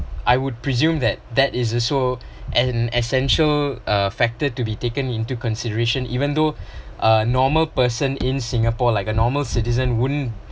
I would presume that that is also an essential uh factor to be taken into consideration even though a normal person in singapore like a normal citizen wouldn't